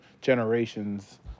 generations